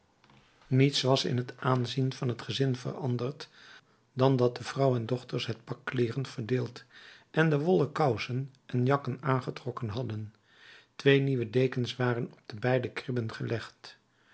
niets was in het aanzien van het gezin veranderd dan dat de vrouw en dochters het pak kleeren verdeeld en de wollen kousen en jakken aangetrokken hadden twee nieuwe dekens waren op de beide kribben gelegd